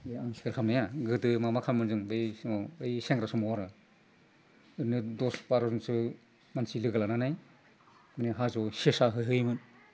आं सिखार खालामनाया गोदो माबा खालामोमोन जोङो बै समाव ओइ सेंग्रा समाव आरो ओरैनो दस बार'जोनसो मानसि लोगो लानानै माने हाजोआव सेसा होहैयोमोन